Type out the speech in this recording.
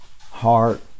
heart